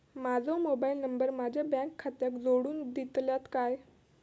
माजो mobile number माझ्या bank खात्याक जोडून दितल्यात काय?